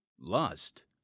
Lust